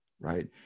right